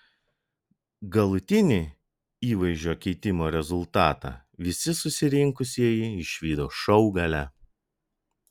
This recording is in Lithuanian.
galutinį įvaizdžio keitimo rezultatą visi susirinkusieji išvydo šou gale